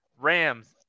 Rams